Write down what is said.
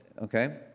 okay